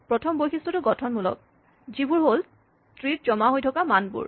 প্ৰথম বৈশিষ্টটো গঠনমূলকঃ যিবোৰ হ'ল ট্ৰীত জমা গৈ থকা মানবোৰ